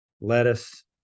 lettuce